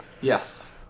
Yes